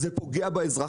זה פוגע באזרח.